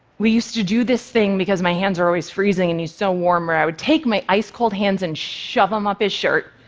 we used to do this thing because my hands are always freezing and he's so warm, where i would take my ice-cold hands and shove them up his shirt.